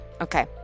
Okay